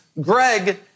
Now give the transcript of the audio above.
Greg